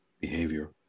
behavior